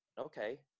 okay